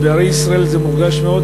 ובערי ישראל זה מורגש מאוד,